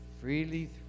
freely